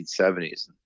1970s